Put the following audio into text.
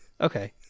Okay